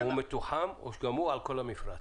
הוא מתוחם או שגם הוא על כל המפרץ?